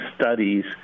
studies